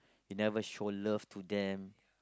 you never show love to them